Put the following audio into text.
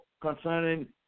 concerning